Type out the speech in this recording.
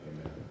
Amen